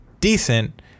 decent